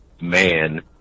man